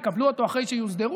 הם יקבלו אותו אחרי שיוסדרו,